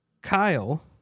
Kyle